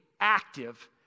active